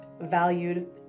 valued